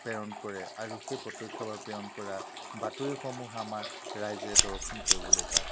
প্ৰেৰণ কৰে আৰু সেই প্ৰত্যক্ষভাৱে প্ৰেৰণ কৰা বাতৰিসমূহ আমাৰ ৰাইজে দৰ্শন কৰিবলৈ পায়